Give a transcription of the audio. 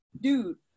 dude